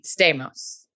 Stamos